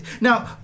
Now